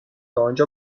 آنجا